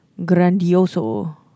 Grandioso